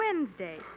Wednesday